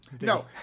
No